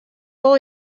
wol